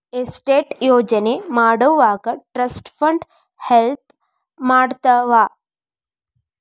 estate ಯೋಜನೆ ಮಾಡೊವಾಗ trust fund help ಮಾಡ್ತವಾ